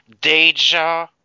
Deja